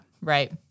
Right